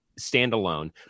standalone